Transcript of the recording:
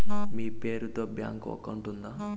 మీ పేరు తో bank account ఉందా?